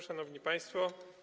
Szanowni Państwo!